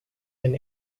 and